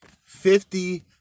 Fifty